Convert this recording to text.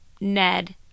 Ned